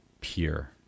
pure